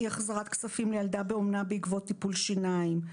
אי החזרת כספים לילדה באומנה בעקבות טיפול שיניים,